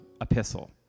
epistle